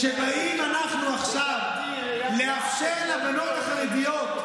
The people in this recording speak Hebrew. כשאנחנו באים עכשיו לאפשר לבנות החרדיות,